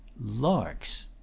larks